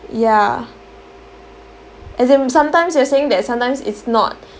ya as in sometimes you are saying that sometimes it's not